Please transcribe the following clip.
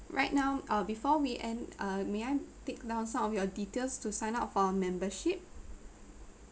right now ah before we end uh may I take down some of your details to sign up for our membership